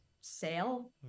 sale